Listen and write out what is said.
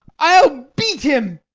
i'll beat him,